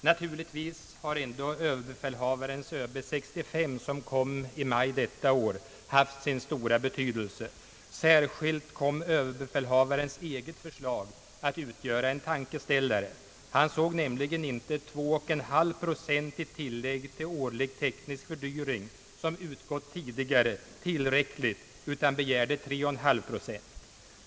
Naturligtvis har ändå överbefälhavarens ÖB 65, som kom i maj nämnda år, haft sin stora betydelse. Särskilt kom överbefälhavarens eget förslag att utgöra en tankeställare. Han ansåg nämligen inte 2,5 procent i tillägg till årlig teknisk fördyring som utgått tidigare tillräckligt, utan begärde 3,5 procent.